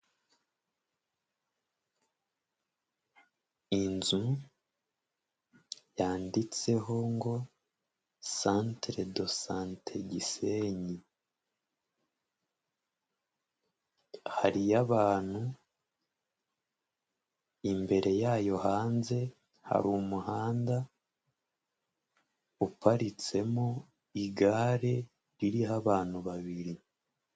Inzu yanditseho ngo santere do sante Gisenyi, hariyo abantu, imbere yayo hanze hari umuhanda uparitsemo igare ririho abantu babiri.